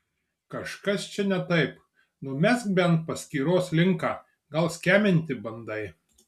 kažkas čia ne taip numesk bent paskyros linką gal skeminti bandai